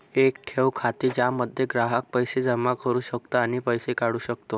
एक ठेव खाते ज्यामध्ये ग्राहक पैसे जमा करू शकतो आणि पैसे काढू शकतो